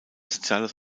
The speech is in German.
soziales